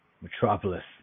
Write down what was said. Metropolis